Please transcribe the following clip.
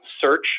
Search